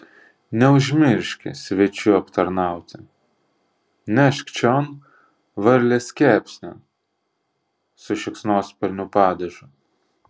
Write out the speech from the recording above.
neužmirški svečių aptarnauti nešk čion varlės kepsnį su šikšnosparnių padažu